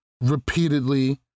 repeatedly